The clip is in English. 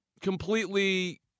completely